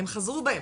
הן חזרו בהן.